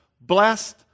blessed